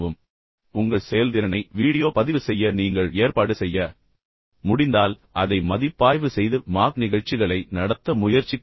எனவே அது நடக்கும்போது கூட உங்கள் செயல்திறனை வீடியோ பதிவு செய்ய நீங்கள் ஏற்பாடு செய்ய முடிந்தால் அதை மதிப்பாய்வு செய்து மாக் நிகழ்ச்சிகளை நடத்த முயற்சிக்கவும்